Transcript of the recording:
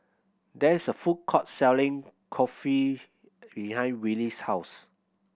there is a food court selling Kulfi behind Willie's house